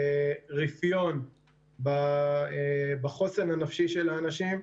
רפיון בחוסן הנפשי של האנשים,